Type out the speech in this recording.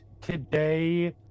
today